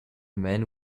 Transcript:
man